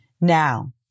Now